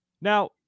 Now